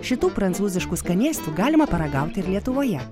šitų prancūziškų skanėstų galima paragauti ir lietuvoje